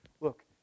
look